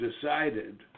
decided